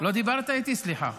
לא דיברתי איתך.